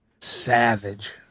Savage